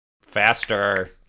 Faster